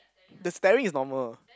the staring is normal